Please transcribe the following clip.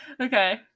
okay